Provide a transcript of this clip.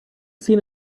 seen